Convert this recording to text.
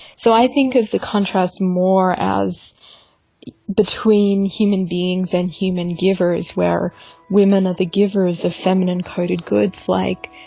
so i think of the contrast more as between human beings and human givers, where women are the givers of feminine-coded goods like,